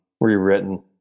rewritten